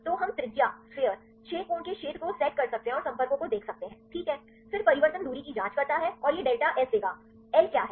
तो हम त्रिज्या 6 कोण के इस क्षेत्र को सेट कर सकते हैं और संपर्कों को देख सकते हैं ठीक है फिर परिवर्तन दूरी की जांच करता है और यह डेल्टा एस देगा L क्या है